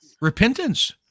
Repentance